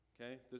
Okay